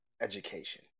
education